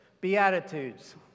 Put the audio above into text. Beatitudes